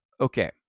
Okay